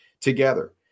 together